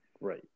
Right